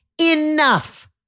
enough